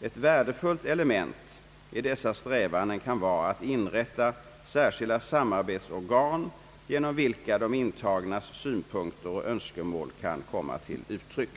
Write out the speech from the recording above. Ett värdefullt element i dessa strävanden kan vara att inrätta särskilda samarbetsorgan, genom vilka de intagnas synpunkter och önskemål kan komma till uttryck.